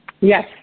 Yes